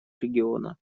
региона